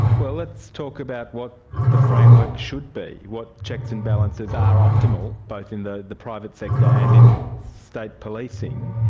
well, let's talk about what the framework should be, what checks and balances are optimal, both in the the private sector and in state policing.